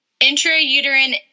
intrauterine